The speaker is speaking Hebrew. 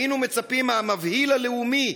היינו מצפים מהמבהיל הלאומי,